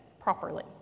properly